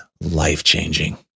life-changing